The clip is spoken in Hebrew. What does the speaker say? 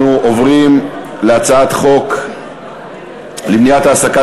אנחנו עוברים להצעת חוק למניעת העסקה